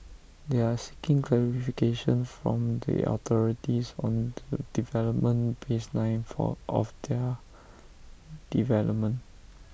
they are seeking clarification from the authorities on the development baseline of their development